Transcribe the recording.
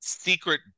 secret